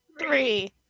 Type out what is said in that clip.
Three